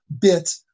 bit